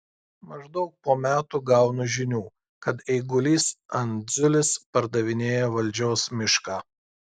maždaug po metų gaunu žinių kad eigulys andziulis pardavinėja valdžios mišką